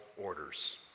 orders